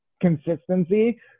consistency